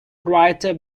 writer